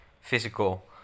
physical